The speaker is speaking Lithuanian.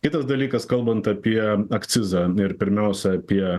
kitas dalykas kalbant apie akcizą ir pirmiausia apie